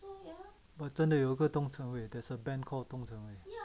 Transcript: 真的有个东城卫 there's a band called 东城卫